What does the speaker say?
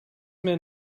man